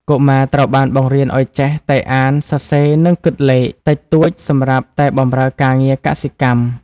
កុមារត្រូវបានបង្រៀនឱ្យចេះតែ «អាន សរសេរ និងគិតលេខ» តិចតួចសម្រាប់តែបម្រើការងារកសិកម្ម។